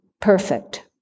perfect